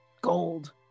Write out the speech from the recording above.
gold